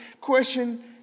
question